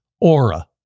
Aura